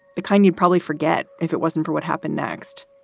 the kind you probably forget if it wasn't for what happened next